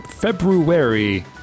February